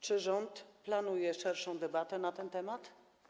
Czy rząd planuje szerszą debatę na ten temat?